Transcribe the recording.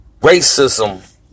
racism